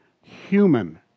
human